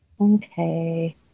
Okay